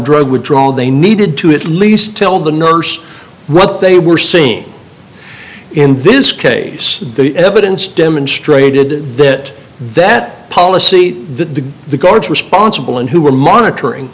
drug withdrawal they needed to at least tell the nurse what they were seeing in this case the evidence demonstrated that that policy the the guards responsible and who were monitoring